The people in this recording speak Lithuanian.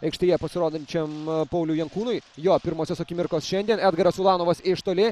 aikštėje pasirodančiam pauliui jankūnui jo pirmosios akimirkos šiandien edgaras ulanovas iš toli